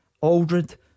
Aldred